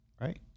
Right